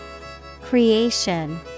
Creation